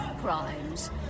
crimes